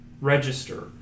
register